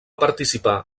participar